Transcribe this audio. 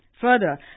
Further